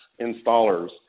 installers